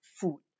food